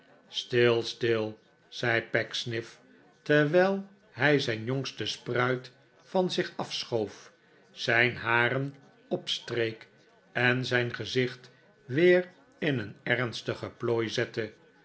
stil stil zei pecksniff terwijl hij zijn jongste spruit van zich afschoof zijn haren opstreek en zijn gezicht weer in een ernstige plopi zette